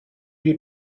you